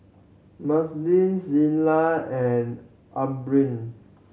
Mazie Celia and Aubrie